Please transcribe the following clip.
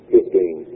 Fifteen